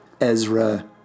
Ezra